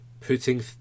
putting